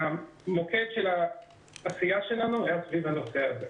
המוקד של העשייה שלנו היה סביב הנושא הזה.